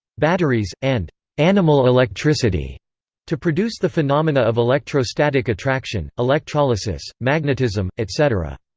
batteries, and animal electricity to produce the phenomena of electrostatic attraction, electrolysis, magnetism, etc.